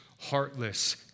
heartless